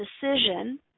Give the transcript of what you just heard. decision